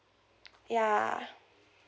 ya